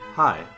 Hi